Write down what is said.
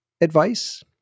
advice